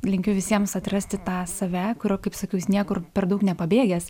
linkiu visiems atrasti tą save kurio kaip sakiau jis niekur per daug nepabėgęs